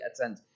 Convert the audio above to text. attend